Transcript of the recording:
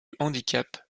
handicap